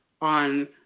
on